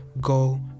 go